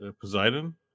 Poseidon